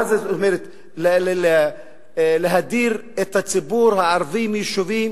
מה זאת אומרת להדיר את הציבור הערבי מיישובים,